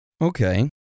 okay